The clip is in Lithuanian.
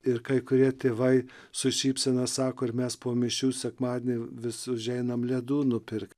ir kai kurie tėvai su šypsena sako ir mes po mišių sekmadienį vis užeinam ledų nupirkt